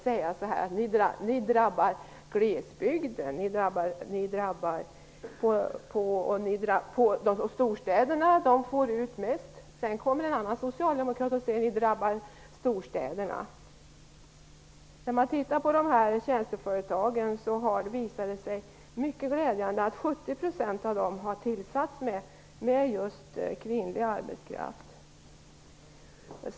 Den ene säger: Er politik drabbar glesbygden -- det är storstäderna som får ut mest. Den andre säger: Er politik drabbar storstäderna -- det är glesbygden som får ut mest. Tittar man närmare på de här tjänsteföretagen finner man att 70 % av arbetena har tillsatts med kvinnlig arbetskraft, och det är mycket glädjande.